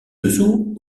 dessous